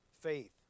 faith